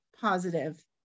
positive